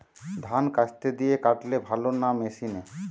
ধান কাস্তে দিয়ে কাটলে ভালো না মেশিনে?